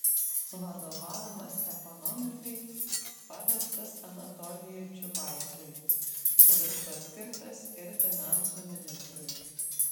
vadovavimas ekonomikai pavestas anatolijui čiubaisui kuris paskirtas ir finansų ministrui